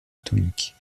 atomique